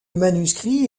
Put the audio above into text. manuscrit